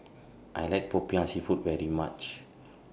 I like Popiah Seafood very much